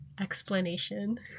explanation